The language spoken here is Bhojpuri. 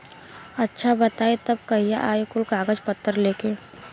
अच्छा बताई तब कहिया आई कुल कागज पतर लेके?